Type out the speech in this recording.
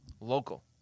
local